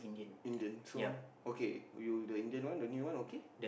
Indian so okay you with the Indian one the new one okay